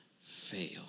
fail